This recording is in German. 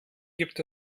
gibt